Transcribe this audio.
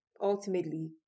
ultimately